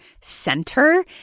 center